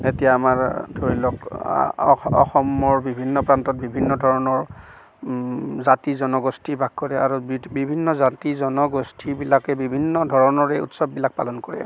এতিয়া আমাৰ ধৰি লক অস অসমৰ বিভিন্ন প্ৰান্তত বিভিন্ন ধৰণৰ জাতি জনগোষ্ঠী বাস কৰে আৰু বি বিভিন্ন জাতি জনগোষ্ঠীবিলাকে বিভিন্ন ধৰণৰে উৎসৱবিলাক পালন কৰে